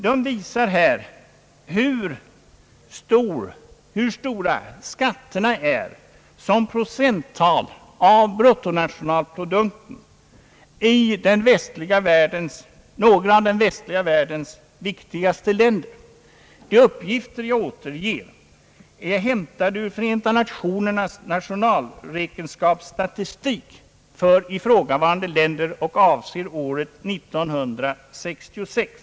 Den visar hur stora skatterna är i procent av bruttonationalprodukten i några av den västliga världens viktigaste länder. De uppgifter jag återger är hämtade ur Förenta Nationernas <nationalräkenskapsstatistik för ifrågavarande länder och avser år 1966.